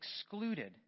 excluded